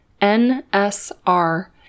N-S-R